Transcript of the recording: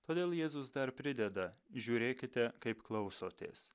todėl jėzus dar prideda žiūrėkite kaip klausotės